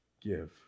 Give